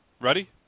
Ready